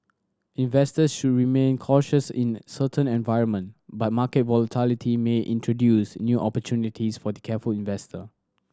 investors should remain cautious in this uncertain environment but market volatility may introduce new opportunities for the careful investor